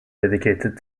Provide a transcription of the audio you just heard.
dedicated